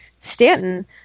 Stanton